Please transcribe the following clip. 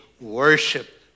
worship